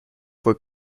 fue